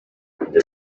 the